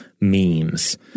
memes